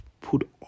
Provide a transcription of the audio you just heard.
put